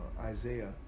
Isaiah